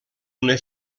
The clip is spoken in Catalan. una